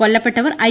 കൊല്ലപ്പെട്ടവർ I